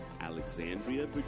Alexandria